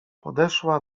podeszła